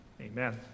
Amen